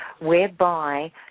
whereby